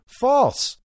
false